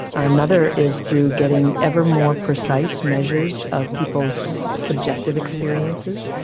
another is through getting ever more precise measures of people's subjective experiences.